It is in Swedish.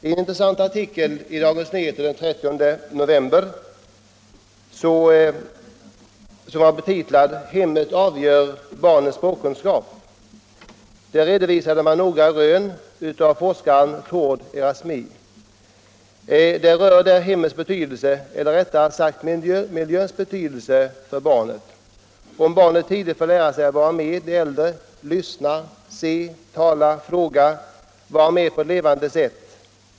I en intressant artikel i Dagens Nyheter den 30 oktober, som var betitlad ”Hemmet avgör barnens språkkunskap”, redovisade man noga rön av forskaren Thord Erasmie rörande hemmets och miljöns betydelse för barnen. Dessa rön visar att det är viktigt att barnen tidigt får lära sig att vara med de äldre och lyssna, se, tala, fråga och vara med på ett levande sätt.